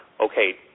okay